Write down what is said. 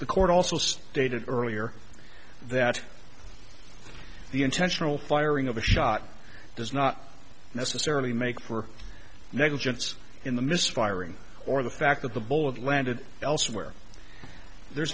the court also stated earlier that the intentional firing of a shot does not necessarily make for negligence in the misfiring or the fact that the ball of landed elsewhere there's